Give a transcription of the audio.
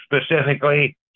specifically